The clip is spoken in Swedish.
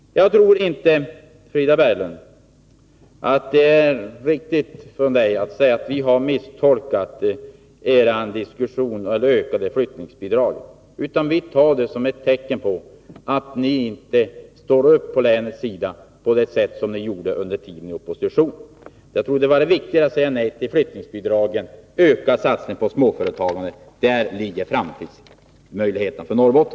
Jag tror inte, Frida Berglund, att det är riktigt att säga att vi har misstolkat er diskussion om ökningen av flyttningsbidraget. Jag uppfattar det här som ett tecken på att ni inte vill ställa er på länets sida på samma sätt som ni gjorde när ni befann er i oppositionsställning. Det hade varit viktigare att säga nej till flyttningsbidraget och öka satsningen på småföretagandet. Där ligger framtidsmöjligheterna för Norrbotten.